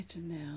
now